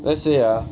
let's say ah